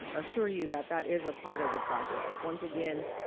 assure you that that is a part of the process. once again,